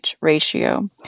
ratio